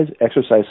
exercise